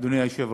אדוני היושב-ראש.